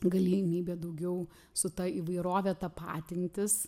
galimybė daugiau su ta įvairove tapatintis